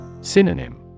Synonym